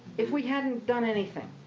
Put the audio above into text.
if we hadn't done anything.